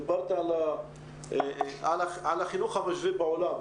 דיברת על חינוך משווה בעולם.